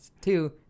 Two